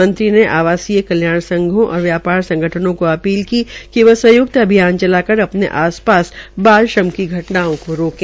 मंत्री ने आवासीय कल्याण संघों और व्यापार संगठनों को अपील की कि वो संयुक्त अभियान चलाकर अपने आस पास बाल श्रम की घटनाओं को रोकें